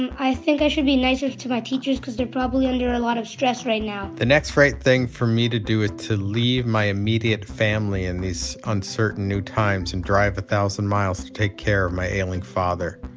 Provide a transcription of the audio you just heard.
and i think i should be nicer to my teachers because they're probably under a lot of stress right now the next right thing for me to do is to leave my immediate family in these uncertain new times and drive one thousand miles to take care of my ailing father.